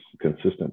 consistent